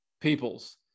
peoples